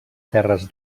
terres